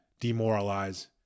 demoralize